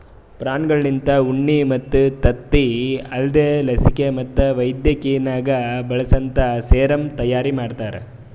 ಪ್ರಾಣಿಗೊಳ್ಲಿಂತ ಉಣ್ಣಿ ಮತ್ತ್ ತತ್ತಿ ಅಲ್ದೇ ಲಸಿಕೆ ಮತ್ತ್ ವೈದ್ಯಕಿನಾಗ್ ಬಳಸಂತಾ ಸೆರಮ್ ತೈಯಾರಿ ಮಾಡ್ತಾರ